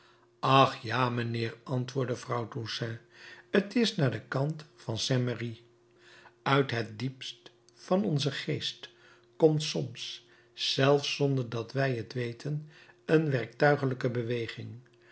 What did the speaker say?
ach ja mijnheer antwoordde vrouw toussaint t is naar den kant van saint merry uit het diepst van onzen geest komt soms zelfs zonder dat wij het weten een werktuiglijke beweging